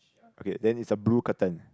okay then is a blue curtain